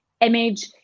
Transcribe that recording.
image